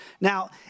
Now